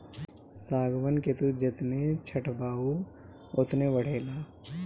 सागवान के तू जेतने छठबअ उ ओतने बढ़ेला